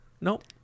Nope